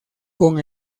con